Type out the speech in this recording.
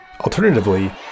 Alternatively